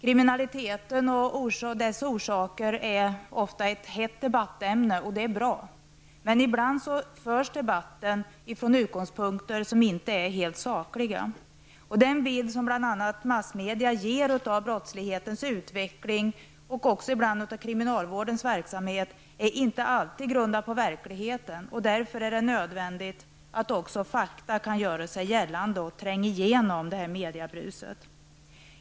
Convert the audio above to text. Kriminaliteten och dess orsaker är ofta ett hett debattämne, och det är bra. Men ibland förs debatten från utgångspunkter som inte är helt sakliga. Den bild som bl.a. massmedia ger av brottslighetens utveckling och ibland av kriminalvårdens verksamhet är inte alltid grundad på verkligheten. Därför är det nödvändigt att fakta kan göra sig gällande och tränga igenom mediabruset.